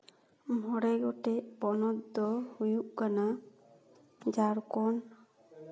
ᱢᱚᱬᱮ ᱜᱚᱴᱮᱡ ᱯᱚᱱᱚᱛ ᱫᱚ ᱦᱩᱭᱩᱜ ᱠᱟᱱᱟ ᱡᱷᱟᱲᱠᱷᱚᱸᱰ